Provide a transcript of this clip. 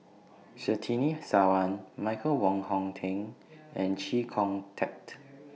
Surtini Sarwan Michael Wong Hong Teng and Chee Kong Tet